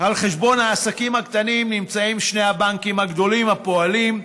על חשבון העסקים הקטנים נמצאים שני הבנקים הגדולים: הפועלים,